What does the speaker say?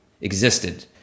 existed